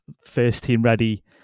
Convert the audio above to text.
first-team-ready